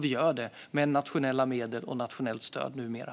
Vi gör det med nationella medel och nationellt stöd numera.